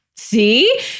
See